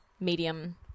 medium